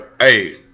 Hey